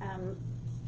um